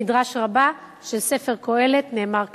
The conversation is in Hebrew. במדרש רבה על ספר קהלת נאמר כך: